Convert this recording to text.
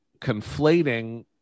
conflating